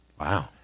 Wow